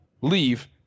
leave